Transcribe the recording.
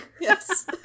Yes